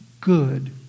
good